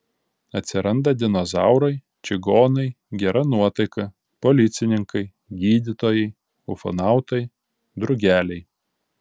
atsiranda dinozaurai čigonai gera nuotaika policininkai gydytojai ufonautai drugeliai